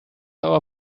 our